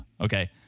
okay